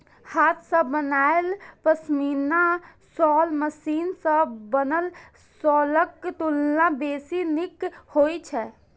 हाथ सं बनायल पश्मीना शॉल मशीन सं बनल शॉलक तुलना बेसी नीक होइ छै